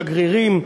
שגרירים,